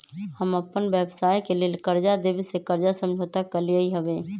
हम अप्पन व्यवसाय के लेल कर्जा देबे से कर्जा समझौता कलियइ हबे